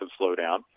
slowdown